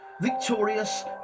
victorious